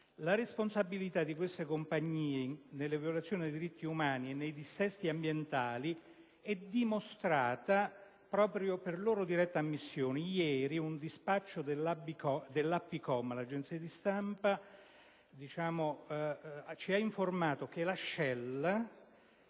La responsabilità di tali compagnie nelle violazioni dei diritti umani e nei dissesti ambientali è dimostrata proprio per loro diretta ammissione. Ieri un dispaccio dell'agenzia di stampa APCOM ci ha informato che la Shell